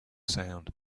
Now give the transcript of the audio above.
sound